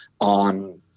on